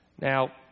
Now